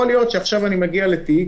יכול להיות שעכשיו אני מגיע לתיק,